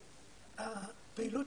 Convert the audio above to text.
הפעילות